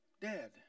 Dead